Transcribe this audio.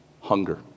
hunger